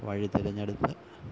വഴി തെരഞ്ഞെടുത്ത്